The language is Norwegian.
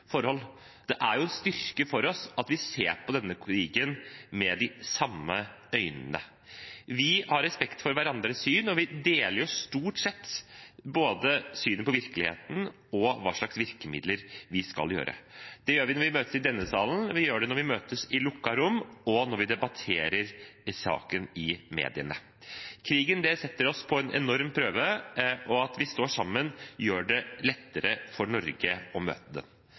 forhold. Det er en styrke for oss at vi ser på denne krigen med de samme øynene. Vi har respekt for hverandres syn, og vi deler stort sett både synet på virkeligheten og hva slags virkemidler vi skal bruke. Det gjør vi når vi møtes i denne salen, vi gjør det når vi møtes i lukkede rom, og vi gjør det når vi debatterer saken i mediene. Krigen setter oss på en enorm prøve, og det at vi står sammen, gjør det lettere for Norge å møte